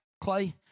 Clay